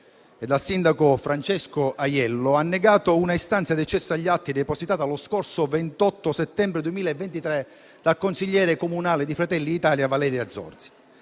e dal sindaco Francesco Aiello, ha negato un'istanza di accesso agli atti depositata lo scorso 28 settembre 2023 dal consigliere comunale di Fratelli d'Italia Valeria Zorzi.